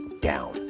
down